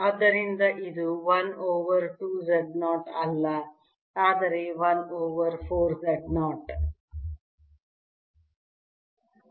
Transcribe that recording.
ಆದ್ದರಿಂದ ಇದು 1 over 2 Z0 ಅಲ್ಲ ಆದರೆ 1 ಓವರ್ 4 Z0